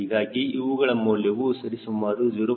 ಹೀಗಾಗಿ ಇವುಗಳ ಮೌಲ್ಯವು ಸರಿಸುಮಾರು 0